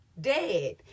dead